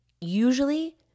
usually